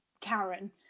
Karen